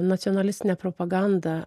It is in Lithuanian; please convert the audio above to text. nacionalistine propaganda